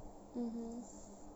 mmhmm